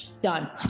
done